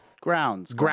Grounds